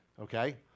okay